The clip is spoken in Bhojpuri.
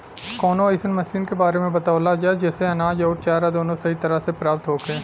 कवनो अइसन मशीन के बारे में बतावल जा जेसे अनाज अउर चारा दोनों सही तरह से प्राप्त होखे?